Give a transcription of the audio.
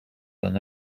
than